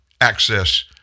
access